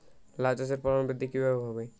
লাউ চাষের ফলন বৃদ্ধি কিভাবে হবে?